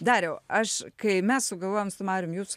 dariau aš kai mes sugalvojom su marium jus